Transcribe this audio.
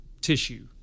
tissue